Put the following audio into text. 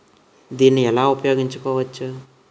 దీన్ని ఎలా ఉపయోగించు కోవచ్చు?